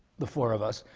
the four of us,